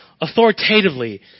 authoritatively